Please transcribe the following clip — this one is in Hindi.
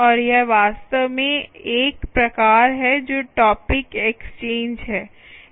और यह वास्तव में एक प्रकार है जो टॉपिक एक्सचेंज है